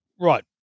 right